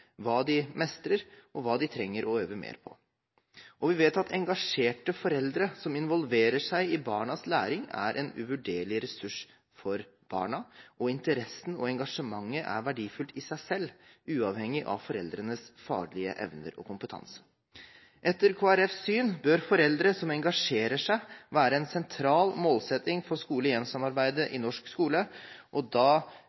hva de mestrer, og hva de trenger å øve mer på. Vi vet at engasjerte foreldre, som involverer seg i barnas læring, er en uvurderlig ressurs for barna. Interessen og engasjementet er verdifullt i seg selv, uavhengig av foreldrenes faglige evner og kompetanse. Etter Kristelig Folkepartis syn bør foreldre som engasjerer seg, være en sentral målsetting for skole–hjem-samarbeidet i norske skole,